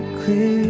clear